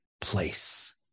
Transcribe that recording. place